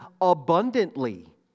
abundantly